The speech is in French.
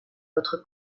votre